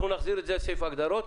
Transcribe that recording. אנחנו נחזיר את זה לסעיף ההגדרות.